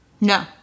No